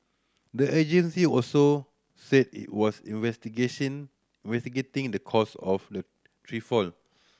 the agency also said it was investigation investigating the cause of the tree fall